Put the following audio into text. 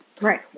Right